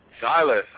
Silas